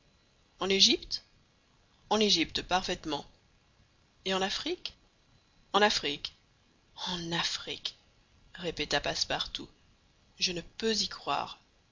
en égypte en égypte parfaitement et en afrique en afrique en afrique répéta passepartout je ne peux y croire